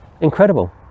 Incredible